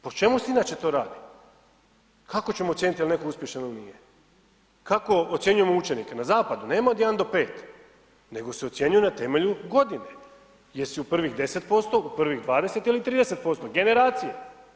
Po čemu se inače to radi? kako ćemo ocijeniti jel netko uspješan ili nije, kako ocjenjujemo učenike, na zapadu nema od 1 do 5, nego se ocjenjuju na temelju godine, jel si u prvih 10%, u prvih 20% ili 30% generacije.